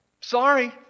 Sorry